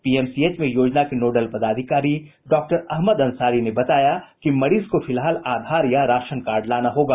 PMCH में योजना के नोडल पदाधिकारी डॉक्टर अहमद अंसारी ने बताया कि मरीज को फिलहाल आधार या राशन कार्ड लाना होगा